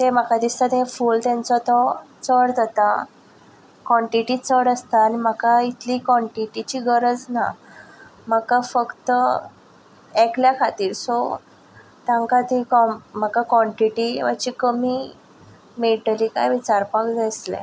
तें म्हाका दिसता तें फूल तेंचो तो चड जाता कोन्टीटी चड आसता आनी म्हाका इतली कोन्टीटिची गरज ना म्हाका फक्त एकल्या खातीर सो तांकां ती कोम म्हाका कोन्टीटी मातची कमी मेळटली काय विचारपा जाय आसलें